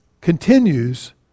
continues